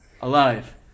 alive